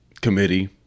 Committee